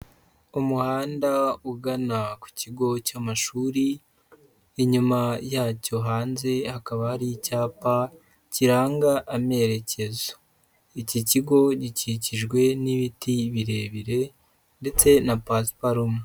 Umuhanda ugana ku kigo cy'amashuri inyuma yacyo hanze hakaba hari icyapa kiranga amerekezo, iki kigo gikikijwe n'ibiti birebire ndetse na pasiparuma.